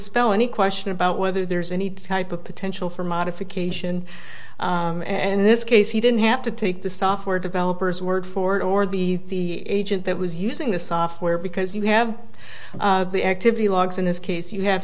dispel any question about whether there's any type of potential for modification in this case he didn't have to take the software developers word for it or the agent that was using the software because you have the activity logs in this case you have